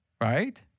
right